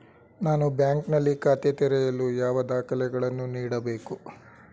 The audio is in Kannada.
ನಾನು ಬ್ಯಾಂಕ್ ನಲ್ಲಿ ಖಾತೆ ತೆರೆಯಲು ಯಾವ ದಾಖಲೆಗಳನ್ನು ನೀಡಬೇಕು?